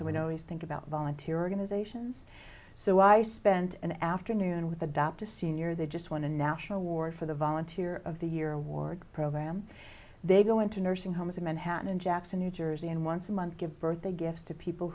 are always think about volunteer organizations so i spent an afternoon with adopt a senior they just want a national award for the volunteer of the year award program they go into nursing homes in manhattan in jackson new jersey and once a month give birthday gifts to people